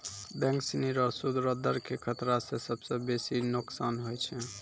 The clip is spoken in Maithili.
बैंक सिनी रो सूद रो दर के खतरा स सबसं बेसी नोकसान होय छै